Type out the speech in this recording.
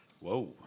Whoa